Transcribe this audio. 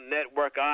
Network